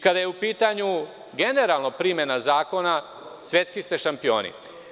Kada je u pitanju generalno primena zakona svetski ste šampioni.